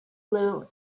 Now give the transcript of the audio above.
blue